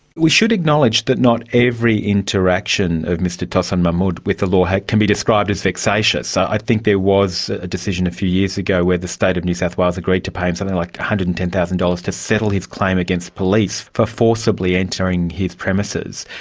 we should acknowledge that not every interaction of mr tosson mahmoud with the law can be described as vexatious. i think there was a decision a few years ago where the state of new south wales agreed to pay him something like one hundred and ten thousand dollars to settle his claim against police for forcibly entering his premises.